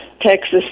Texas